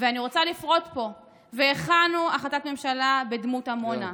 ואני רוצה לפרוט פה: והכנו החלטת ממשלה בדמות עמונה.